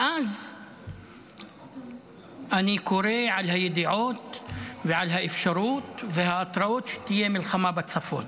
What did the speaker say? ואז אני קורא על הידיעות ועל האפשרות ועל ההתרעות שתהיה מלחמה בצפון,